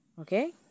Okay